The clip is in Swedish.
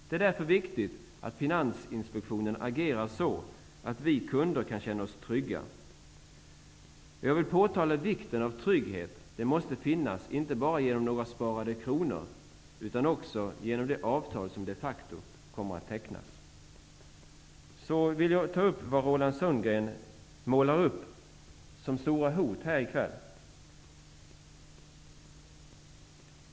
Det är därför viktigt att Finansinspektionen agerar så att vi kunder kan känna oss trygga. Jag vill påtala vikten av trygghet. Den måste finnas, inte bara genom några sparade kronor, utan även genom de avtal som de facto kommer att tecknas. Sedan vill jag ta upp det som Roland Sundgren här i kväll målar upp som stora hot.